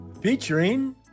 Featuring